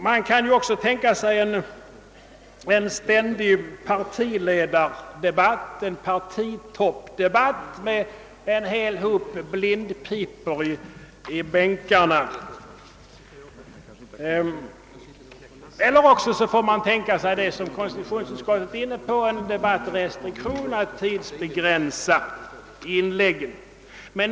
Man kan också tänka sig en ständig partitoppdebatt med en hel hop blindpipor i bänkarna eller också får man tänka sig den linje som konstitutionsutskottet är inne på, nämligen en debattrestriktion med tidsbegränsning av inläggen.